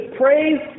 praise